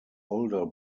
older